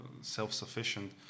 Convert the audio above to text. self-sufficient